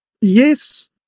Yes